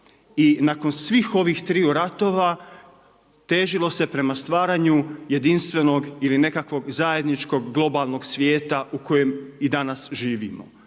i nakon svih ovih triju ratova, težilo se prema stvaranju jedinstvenog ili nekakvog zajedničkog globalnog svijeta u kojem i danas živimo.